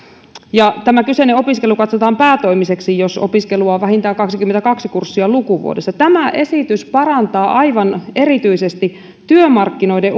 aikuisopiskelijoille tämä kyseinen opiskelu katsotaan päätoimiseksi jos opiskelua on vähintään kaksikymmentäkaksi kurssia lukuvuodessa tämä esitys parantaa aivan erityisesti työmarkkinoiden